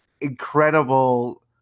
incredible